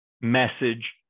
message